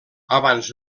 abans